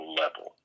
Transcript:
level